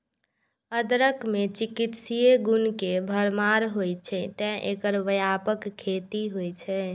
अदरक मे चिकित्सीय गुण के भरमार होइ छै, तें एकर व्यापक खेती होइ छै